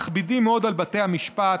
מכבידים מאוד על בתי המשפט.